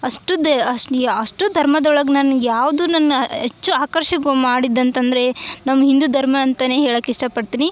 ಅಷ್ಟುದ್ದೆ ಅಷ್ಟು ಎ ಅಷ್ಟು ಧರ್ಮದೊಳಗೆ ನನ್ಗೆ ಯಾವುದು ನನ್ನ ಹೆಚ್ಚು ಆಕರ್ಷಕ ಮಾಡಿದ್ದು ಅಂತಂದರೆ ನಮ್ಮ ಹಿಂದೂ ಧರ್ಮ ಅಂತನೇ ಹೇಳಕ್ಕೆ ಇಷ್ಟಪಡ್ತೀನಿ